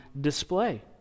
display